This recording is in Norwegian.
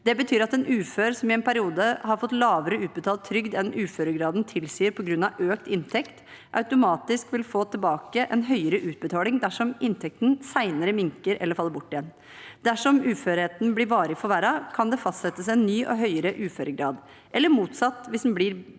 Det betyr at en ufør som i en periode har fått lavere utbetalt trygd enn uføregraden tilsier på grunn av økt inntekt, automatisk vil få tilbake en høyere utbetaling dersom inntekten senere minker eller faller bort igjen. Dersom uførheten blir varig forverret, kan det fastsettes en ny og høyere uføregrad – eller motsatt, hvis den blir